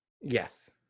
Yes